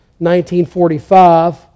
1945